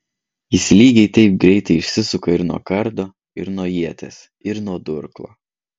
jis lygiai taip greitai išsisuka ir nuo kardo ir nuo ieties ir nuo durklo